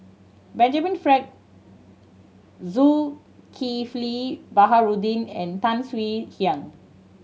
Benjamin Frank Zulkifli Baharudin and Tan Swie Hian